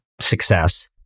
success